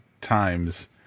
times